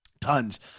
Tons